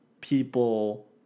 people